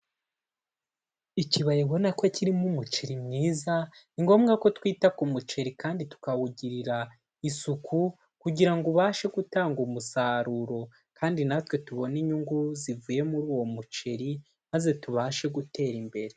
Ikibaya ubona ko kirimo umuceri mwiza, ni ngombwa ko twita ku muceri kandi tukawugirira isuku kugira ngo ubashe gutanga umusaruro, kandi natwe tubone inyungu zivuye muri uwo muceri maze tubashe gutera imbere.